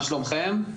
מה שלומכם?